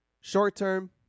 short-term